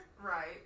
right